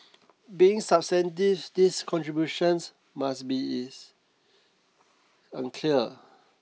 being substantive these contributions must be is unclear